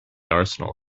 arsenal